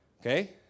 Okay